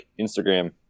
Instagram